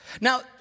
Now